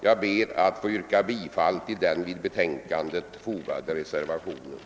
Jag ber att få yrka bifall till den vid betänkandet fogade reservationen.